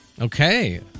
Okay